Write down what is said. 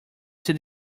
see